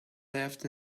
left